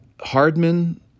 Hardman